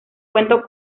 cuento